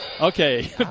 Okay